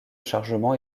chargement